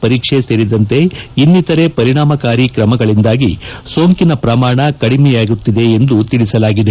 ಪರೀಕ್ಷೆ ಸೇರಿದಂತೆ ಇನ್ಸಿತರೆ ಪರಿಣಾಮಕಾರಿ ಕ್ರಮಗಳಂದಾಗಿ ಸೋಂಕಿನ ಶ್ರಮಾಣ ಕಡಿಮೆಯಾಗುತ್ತಿದೆ ಎಂದು ತಿಳಿಸಲಾಗಿದೆ